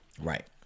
Right